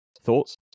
Thoughts